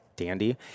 Dandy